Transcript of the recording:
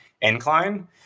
incline